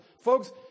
Folks